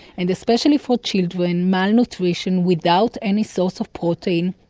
and especially for children, malnutrition without any source of protein.